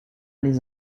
les